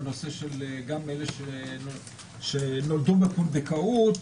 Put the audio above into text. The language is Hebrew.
בנושא של אלה שנולדו בהליך פונדקאות.